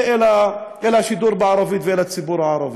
אל השידור בערבית ואל הציבור הערבי,